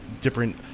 different